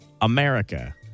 America